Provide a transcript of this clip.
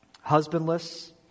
husbandless